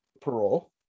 parole